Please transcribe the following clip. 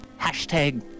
Hashtag